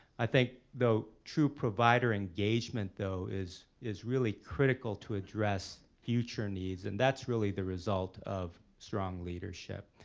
i think though true provider engagement though is is really critical to address future needs and that's really the result of strong leadership.